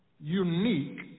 unique